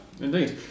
indeed